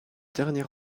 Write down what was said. dernier